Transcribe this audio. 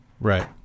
right